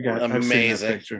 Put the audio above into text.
Amazing